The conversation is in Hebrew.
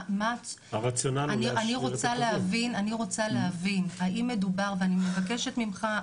אני רוצה להבין האם מדובר, ואני מבקשת ממך,